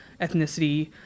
ethnicity